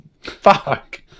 Fuck